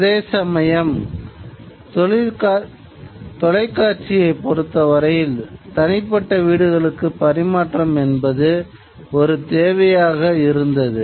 அதேசமயம் தொலைக்காட்சியைப் பொறுத்தவரையில் தனிப்பட்ட வீடுகளுக்கு பரிமாற்றம் என்பது ஒரு தேவையாக இருந்தது